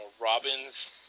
robin's